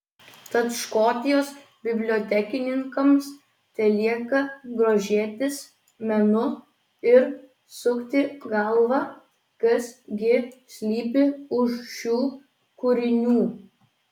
tad škotijos bibliotekininkams telieka grožėtis menu ir sukti galvą kas gi slypi už šių kūrinių